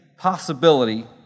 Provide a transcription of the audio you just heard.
possibility